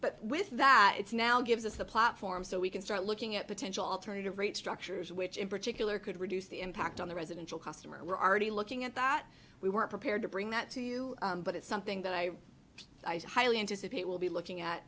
but with that it's now gives us the platform so we can start looking at potential alternative rate structures which in particular could reduce the impact on the residential customer and we're already looking at that we weren't prepared to bring that to you but it's something that i highly anticipated will be looking at